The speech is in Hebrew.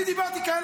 דייקתי.